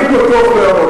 אני פתוח להערות.